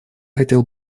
хотел